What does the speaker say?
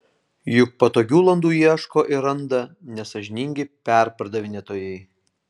juk patogių landų ieško ir randa nesąžiningi perpardavinėtojai